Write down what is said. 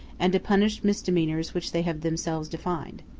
and to punish misdemeanors which they have themselves defined.